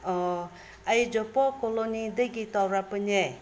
ꯑꯩ ꯖꯣꯄꯣꯞ ꯀꯣꯂꯣꯅꯤꯗꯒꯤ ꯇꯧꯔꯛꯄꯅꯦ